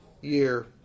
year